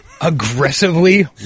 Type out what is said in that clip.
aggressively